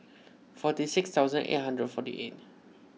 forty six thousand eight hundred and forty eight